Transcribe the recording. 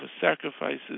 sacrifices